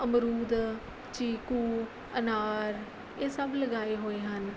ਅਮਰੂਦ ਚੀਕੂ ਅਨਾਰ ਇਹ ਸਭ ਲਗਾਏ ਹੋਏ ਹਨ